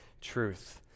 truth